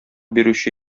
бирүче